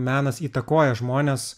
menas įtakoja žmones